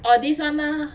oh this one ah